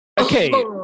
okay